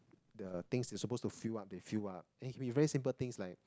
the things you suppose to fill up they fill up and can be very simple things like